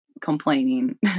complaining